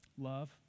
Love